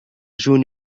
جون